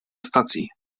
stacji